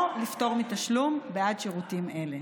או לפטור מתשלום בעד שירותים אלה.